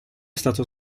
stato